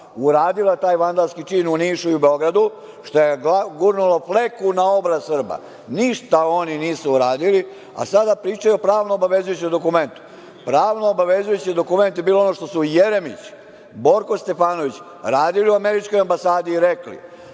uradila taj vandalski čin u Nišu i u Beogradu, što je gurnulo fleku na obraz Srba. Ništa oni nisu uradili, a sada pričaju o pravno obavezujućem dokumentu. Pravno obavezujući dokument je bilo ono što su Jeremić, Borko Stefanović radili u američkoj ambasadi i rekli